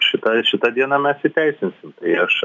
šitą šitą dieną mes įteisinsim tai aš